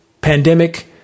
pandemic